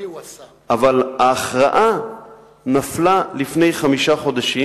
אבל ההכרעה נפלה לפני חמישה חודשים,